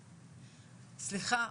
סליחה,